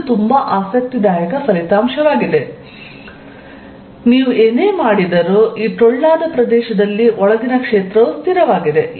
ಇದು ತುಂಬಾ ಆಸಕ್ತಿದಾಯಕ ಫಲಿತಾಂಶವಾಗಿದೆ ನೀವು ಏನು ಮಾಡಿದರೂ ಈ ಟೊಳ್ಳಾದ ಪ್ರದೇಶದಲ್ಲಿ ಒಳಗಿನ ಕ್ಷೇತ್ರವು ಸ್ಥಿರವಾಗಿದೆ